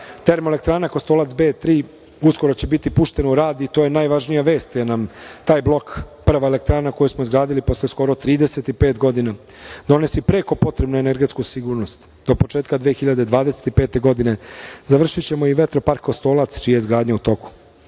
pitanju. Termoelektrana Kostolac B3 uskoro će biti puštena u rad i to je najvažnija vest, jer nam taj blok, prva elektrana koju smo izgradili, posle skoro 35 godina, donosi prekopotrebnu energetsku sigurnost. Do početka 2025. godine završićemo i vetropark Kostolac, čija je izgradnja u toku.